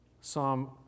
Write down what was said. Psalm